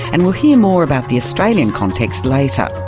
and we'll hear more about the australian context later.